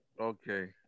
Okay